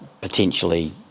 potentially